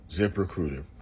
ZipRecruiter